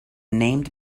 named